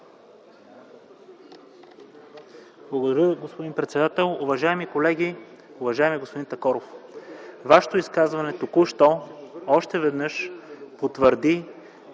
Благодаря, господин председател. Уважаеми колеги, уважаеми господин Такоров! Вашето изказване току-що още веднъж потвърди